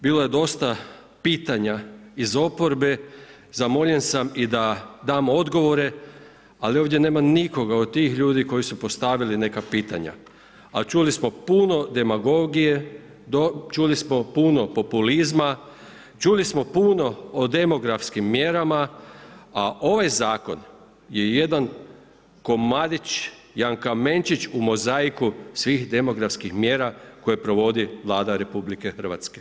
Bilo je dosta pitanja iz oporbe, zamoljen sam i da dam odgovore, ali ovdje nema nikoga od tih ljudi koji su postavili neka pitanja, a čuli smo puno demagogije, čuli smo puno populizma, čuli smo puno o demografskim mjerama, a ovaj zakon je jedan komadić, jedan kamenčić u mozaiku svih demografskih mjera koje provodi Vlada RH.